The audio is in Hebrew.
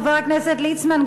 חבר הכנסת ליצמן,